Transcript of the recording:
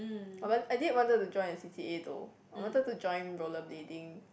ah but I did wanted to join a C_C_A though I wanted to join roller blading